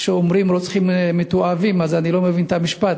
כשאומרים "רוצחים מתועבים" אז אני לא מבין את המשפט,